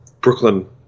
Brooklyn